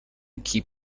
keep